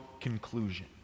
conclusion